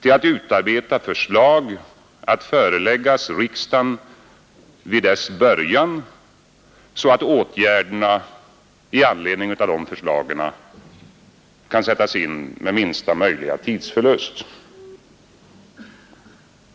till att utarbeta förslag att föreläggas riksdagen vid dess början så att åtgärderna i anledning av de förslagen kan sättas in med minsta möjliga tidsförlust.